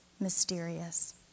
mysterious